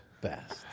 best